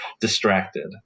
distracted